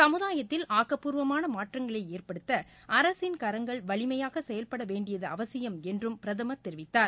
சமுதாயத்தில் ஆக்கப்பூர்வமான மாற்றங்களை ஏற்படுத்த அரசின் கரங்கள் வலிமையாக செயல்படவேண்டியது அவசியம் என்றும் பிரதமர் தெரிவித்தார்